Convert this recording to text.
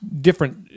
different